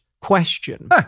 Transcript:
question